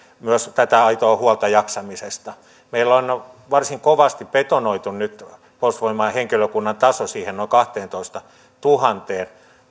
myös aitoa huolta jaksamisesta meillä on varsin kovasti betonoitu nyt puolustusvoimain henkilökunnan taso siihen noin kahteentoistatuhanteen